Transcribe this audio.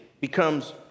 becomes